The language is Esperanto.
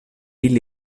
ili